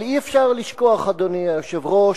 אבל אי-אפשר לשכוח, אדוני היושב-ראש,